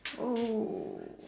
oh